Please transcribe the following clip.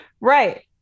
right